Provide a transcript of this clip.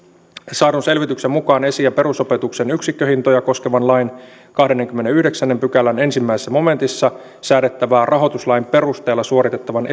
saadun selvityksen mukaan esi ja perusopetuksen yksikköhintoja koskevan lain kahdeskymmenesyhdeksäs pykälä ensimmäisessä momentissa säädettävää rahoituslain perusteella suoritettavan